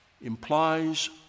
implies